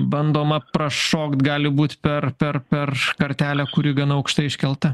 bandoma prašokt gali būti per per perš kartelę kuri gana aukštai iškelta